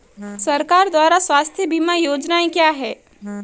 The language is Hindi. सरकार द्वारा स्वास्थ्य बीमा योजनाएं क्या हैं?